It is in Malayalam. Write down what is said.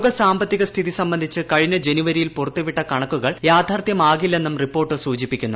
ലോക സാമ്പത്തിക സ്ഥിതി സംബന്ധിച്ച് കഴിഞ്ഞ ജനുവരിയിൽ പുറത്തുവിട്ട കണക്കുകൾ യാഥാർത്ഥ്യമാകില്ലെന്നും റിപ്പോർട്ട് സൂചിപ്പിക്കുന്നു